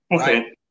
Okay